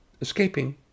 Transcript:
escaping